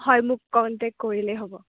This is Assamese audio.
হয় মোক কণ্টেক কৰিলেই হ'ব